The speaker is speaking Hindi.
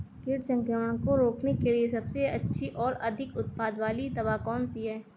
कीट संक्रमण को रोकने के लिए सबसे अच्छी और अधिक उत्पाद वाली दवा कौन सी है?